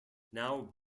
now